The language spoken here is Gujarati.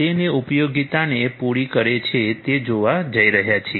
તેની ઉપયોગિતાને પૂરી કરે છે તે જોવા જઈ રહ્યા છીએ